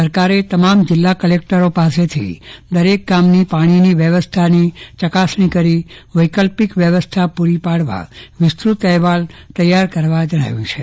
સરકારે તમામ જિલ્લા કલેકટરો પાસેથી દરેક ગામની પાણીનીવ્યવસ્થાની ચકાસણી કરી વૈકલ્પિક વ્યવસ્થા પુરી પાડવા વિસત્રત એહવાલ તૈયાર કરવા જણાવ્યું છે